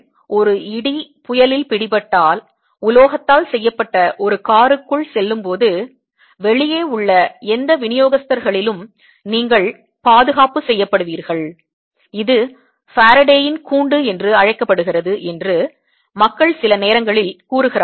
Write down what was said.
நீங்கள் ஒரு இடி புயலில் பிடிபட்டால் உலோகத்தால் செய்யப்பட்ட ஒரு காருக்குள் செல்லும்போது வெளியே உள்ள எந்த விநியோகஸ்தர்களிலும் நீங்கள் பாதுகாப்பு செய்யப்படுவீர்கள் இது ஃபாரடேயின் கூண்டு என்றும் அழைக்கப்படுகிறது என்று மக்கள் சில நேரங்களில் கூறுகிறார்கள்